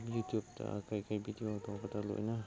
ꯌꯨꯨꯇꯨꯞꯇ ꯀꯩꯀꯩ ꯚꯤꯗꯤꯑꯣ ꯇꯧꯕꯗ ꯂꯣꯏꯅ